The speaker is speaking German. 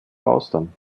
austern